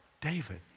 David